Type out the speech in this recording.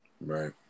right